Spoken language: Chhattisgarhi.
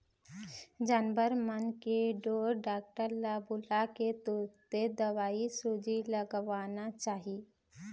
जानवर मन के ढोर डॉक्टर ल बुलाके तुरते दवईसूजी लगवाना चाही